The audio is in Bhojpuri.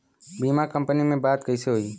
बीमा कंपनी में बात कइसे होई?